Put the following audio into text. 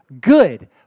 good